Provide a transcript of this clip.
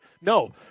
No